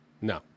No